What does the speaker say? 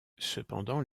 cependant